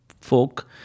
folk